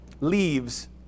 leaves